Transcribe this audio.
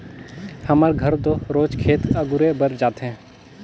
हमर घर तो रोज खेत अगुरे बर जाथे